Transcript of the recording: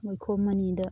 ꯋꯥꯏꯈꯣꯝ ꯃꯅꯤꯗ